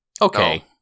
Okay